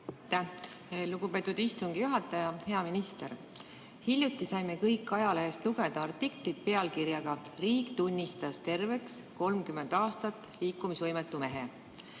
lugupeetud istungi juhataja! Hea minister! Hiljuti saime kõik ajalehest lugeda artiklit pealkirjaga "Riik tunnistas terveks 30 aastat liikumisvõimetu mehe!",